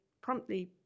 promptly